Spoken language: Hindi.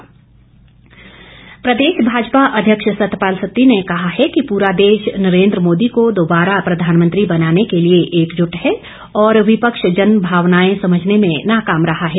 सत्ती प्रदेश भाजपा अध्यक्ष सतपाल सत्ती ने कहा है कि पूरा देश नरेन्द्र मोदी को दोबारा प्रधानमंत्री बनाने के लिए एकजुट है और विपक्ष जन भावनाएं समझने में नाकाम रहा है